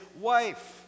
wife